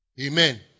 Amen